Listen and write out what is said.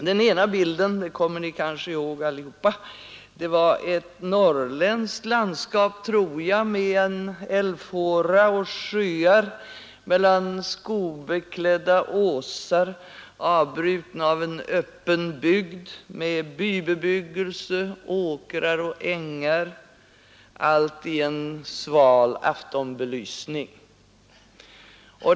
Den ena bilden — den kommer ni nog ihåg allihop — var ett norrländskt landskap, tror jag, med en älvfåra och sjöar mellan skogklädda åsar avbrutna av en öppen bygd med bybebyggelse, åkrar och ängar, allt i en sval aftonbelysning.